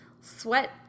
Sweat